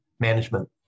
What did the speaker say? management